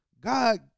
God